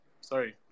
sorry